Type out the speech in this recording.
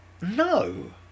No